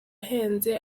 ahenze